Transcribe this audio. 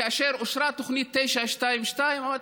כאשר אושרה תוכנית 922, אמרתי: